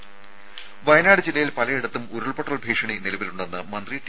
ദരദ വയനാട് ജില്ലയിൽ പലയിടത്തും ഉരുൾപൊട്ടൽ ഭീഷണി നിലവിലുണ്ടെന്ന് മന്ത്രി ടി